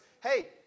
hey